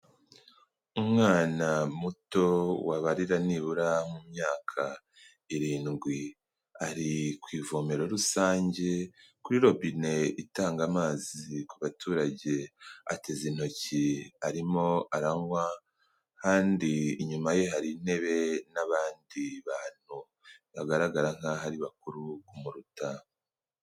Umwana muto wabarira nibura mu myaka irindwi. Ari ku ivomero rusange kuri robine itanga amazi ku baturage. Ateze intoki arimo aranywa kandi inyuma ye hari intebe n'abandi bantu, bagaragara nk'aho ari bakuru kumuruta.